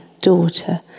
daughter